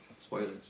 Spoilers